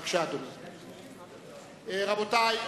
רבותי,